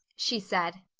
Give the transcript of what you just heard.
she said,